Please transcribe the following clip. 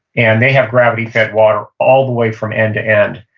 and they have gravity fed water all the way from end to end,